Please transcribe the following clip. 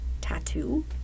tattoo